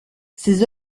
ses